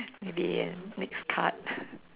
maybe ya next card